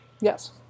Yes